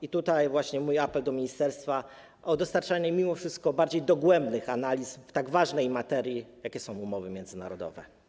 I tutaj właśnie mój apel do ministerstwa o dostarczanie mimo wszystko bardziej dogłębnych analiz w tak ważnej materii, jaką są umowy międzynarodowe.